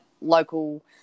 local